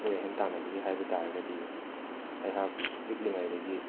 ꯑꯊꯣꯏ ꯍꯦꯟ ꯇꯥꯟꯅꯕꯒꯤ ꯍꯥꯏꯕ ꯇꯥꯔꯒꯗꯤ ꯑꯩꯍꯥꯛ ꯄꯤꯛꯂꯤꯉꯥꯏꯗꯒꯤ